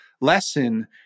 lesson